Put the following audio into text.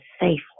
safe